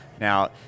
Now